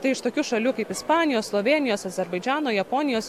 tai iš tokių šalių kaip ispanijos slovėnijos azerbaidžano japonijos